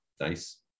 Nice